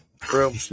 true